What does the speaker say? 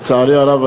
לצערי הרב,